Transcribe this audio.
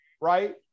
right